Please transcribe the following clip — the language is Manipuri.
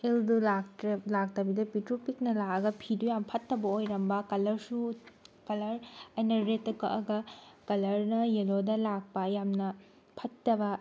ꯑꯦꯜꯗꯨ ꯂꯥꯛꯇ꯭ꯔꯦ ꯂꯥꯛꯇꯕꯤꯗ ꯄꯤꯛꯇ꯭ꯔꯨ ꯄꯤꯛꯅ ꯂꯥꯛꯑꯒ ꯐꯤꯗꯨ ꯌꯥꯝ ꯐꯠꯇꯕ ꯑꯣꯏꯔꯝꯕ ꯀꯂꯔꯁꯨ ꯀꯂꯔ ꯑꯩꯅ ꯔꯦꯗꯇ ꯀꯛꯑꯒ ꯀꯂꯔꯅ ꯌꯦꯜꯂꯣꯗ ꯂꯥꯛꯄ ꯌꯥꯝꯅ ꯐꯠꯇꯕ